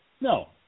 no